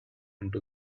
into